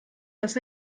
dass